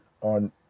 on